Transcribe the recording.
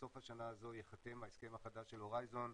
בסוף השנה הזו ייחתם ההסכם החדש של הורייזן,